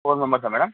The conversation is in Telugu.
ఫోర్ నంబర్సా మేడం